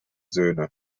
söhne